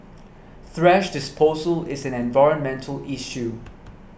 thrash disposal is an environmental issue